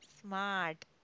Smart